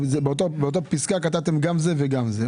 באותה פסקה כתבתם גם את זה וגם את זה,